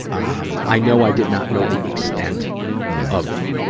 um, i know i did not know the extent of,